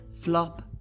flop